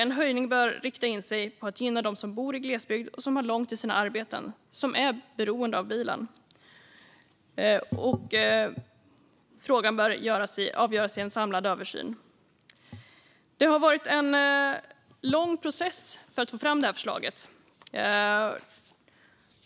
En höjning bör som sagt rikta in sig på att gynna dem som bor i glesbygd, har långt till sina arbeten och är beroende av bilen, och frågan bör avgöras i en samlad översyn. Det har varit en lång process för att få fram detta förslag.